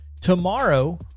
tomorrow